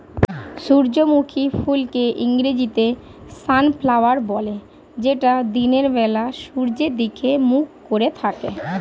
সূর্যমুখী ফুলকে ইংরেজিতে সানফ্লাওয়ার বলে যেটা দিনের বেলা সূর্যের দিকে মুখ করে থাকে